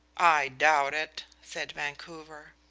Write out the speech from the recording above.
i doubt it, said vancouver.